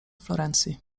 florencji